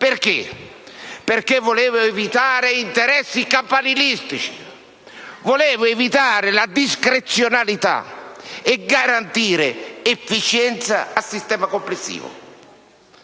Infatti, volevo evitare interessi campanilistici; volevo evitare la discrezionalità e garantire efficienza al sistema complessivo.